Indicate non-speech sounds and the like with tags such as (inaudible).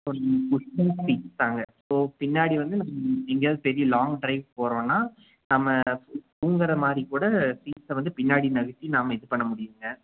(unintelligible) so பின்னாடி வந்து எங்கேயாவுது பெரிய லாங் ட்ரைவ் போகறோன்னா நம்ம தூங்குறமாதிரி கூட சீட்ஸை வந்து பின்னாடி நகர்த்தி நாம இது பண்ண முடியும்ங்க